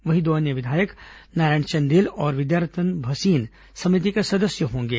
वहीं दो अन्य विधायक नारायण चंदेल और विद्यारतन भसीन समिति के सदस्य होंगे